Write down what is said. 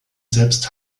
selbst